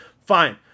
Fine